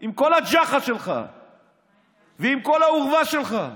עם כל הג'חה שלך ועם כל האורווה שלך.